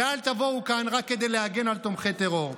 ואל תבואו כאן רק כדי להגן על תומכי טרור.